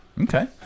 Okay